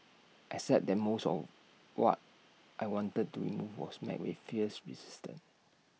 except that most of what I wanted to remove was met with fierce resistance